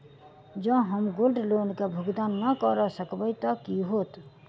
जँ हम gold loan केँ भुगतान न करऽ सकबै तऽ की होत?